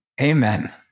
Amen